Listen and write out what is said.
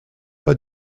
pas